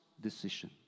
decision